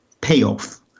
payoff